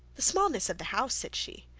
the smallness of the house, said she,